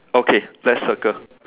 okay flat circle